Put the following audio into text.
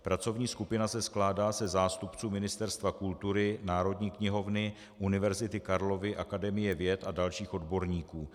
Pracovní skupina se skládá ze zástupců Ministerstva kultury, Národní knihovny, Univerzity Karlovy, Akademie věd a dalších odborníků.